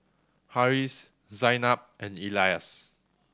Harris Zaynab and Elyas